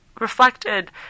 reflected